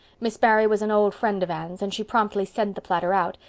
miss barry was an old friend of anne's, and she promptly sent the platter out,